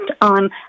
on